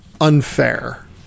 unfair